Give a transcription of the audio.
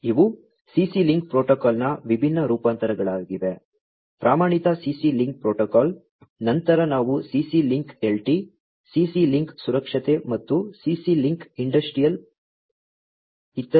ಇವು CC link ಪ್ರೋಟೋಕಾಲ್ನ ವಿಭಿನ್ನ ರೂಪಾಂತರಗಳಾಗಿವೆ ಪ್ರಮಾಣಿತ CC ಲಿಂಕ್ ಪ್ರೋಟೋಕಾಲ್ ನಂತರ ನಾವು CC link LT CC link ಸುರಕ್ಷತೆ ಮತ್ತು CC ಲಿಂಕ್ ಇಂಡಸ್ಟ್ರಿಯಲ್ ಈಥರ್ನೆಟ್ ಅನ್ನು ಹೊಂದಿದ್ದೇವೆ